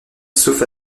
sauf